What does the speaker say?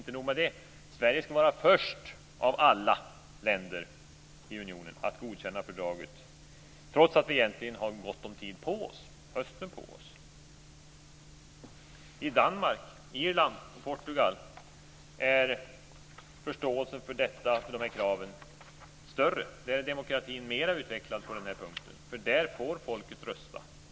Inte nog med det: Sverige skall vara först av alla länder i unionen att godkänna fördraget, trots att vi egentligen har gott om tid på oss. I Danmark, Irland och Portugal är förståelsen för dessa krav större. Där är demokratin mera utvecklad på denna punkt, för där får folket rösta.